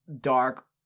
dark